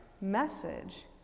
message